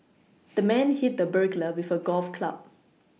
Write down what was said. the man hit the burglar with a golf club